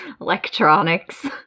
electronics